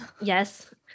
yes